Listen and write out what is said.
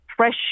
fresh